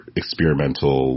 experimental